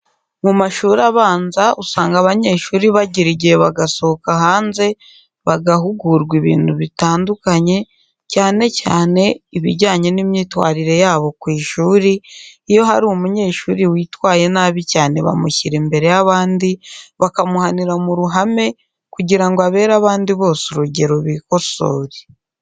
Mu mashuri abanza usanga abanyeshuri bagira igihe bagasohoka hanze bagahugurwa ibintu bitandukanye, cyane cyane ibijyanye n'imyitwarire yabo kw'ishuri, iyo hari umunyeshuri witwaye nabi cyane bamushyira imbere yabandi, bakamuhanira muruhame kugira ngo abere abandi bose urugero bikosore.